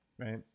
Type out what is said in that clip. right